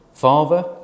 Father